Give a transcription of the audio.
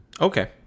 Okay